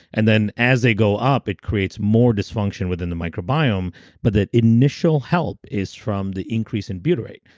and then as they go up, it creates more dysfunction within the microbiome but the initial help is from the increase in butyrate.